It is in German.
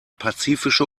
pazifische